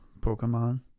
Pokemon